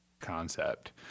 concept